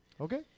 Okay